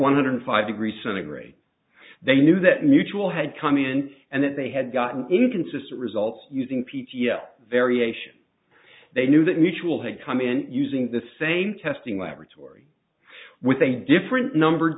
one hundred five degree centigrade they knew that mutual had come in and that they had gotten inconsistent results using p p a variation they knew that mutual had come in using the same testing laboratory with a different number